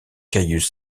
caius